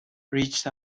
reached